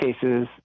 cases